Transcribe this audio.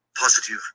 Positive